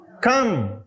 come